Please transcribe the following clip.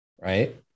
right